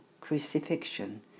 crucifixion